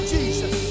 Jesus